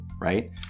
Right